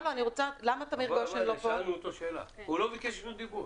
הוא לא בוקש זכות דיבור.